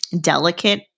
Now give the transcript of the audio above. delicate